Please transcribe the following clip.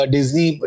Disney